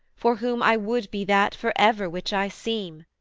for whom i would be that for ever which i seem,